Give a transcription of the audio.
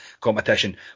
competition